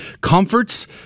comforts